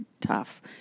tough